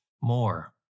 more